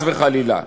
וחס וחלילה,